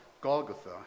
Golgotha